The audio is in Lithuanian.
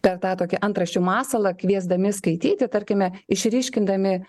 per tą tokį antraščių masalą kviesdami skaityti tarkime išryškindami